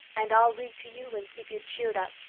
and i'll read to you and keep you cheered up.